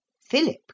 Philip